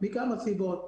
מכמה סיבות.